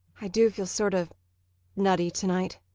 i do feel sort of nutty, to-night.